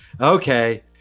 Okay